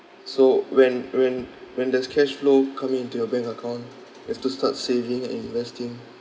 so when when when there's cash flow coming into your bank account you've to start saving and investing